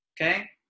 okay